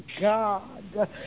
God